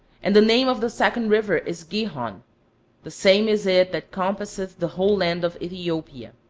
and the name of the second river is gihon the same is it that compasseth the whole land of ethiopia.